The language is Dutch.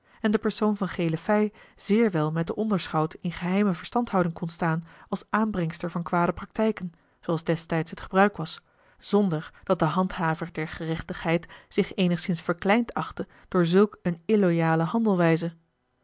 en de persoon van gele fij zeer wel met den onderschout in geheime verstandhouding kon staan als aanbrengster van kwade praktijken zooals destijds het gebruik was zonder dat de handhaver der gerechtigheid zich eenigszins verkleind achtte door zulk een illoyale